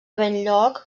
benlloc